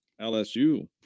LSU